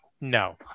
no